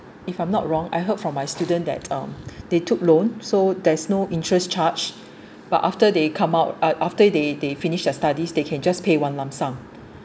if I'm not wrong I heard from my student that um they took loan so there's no interest charge but after they come out af~ after they finish their studies they can just pay one lump sum